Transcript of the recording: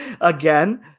again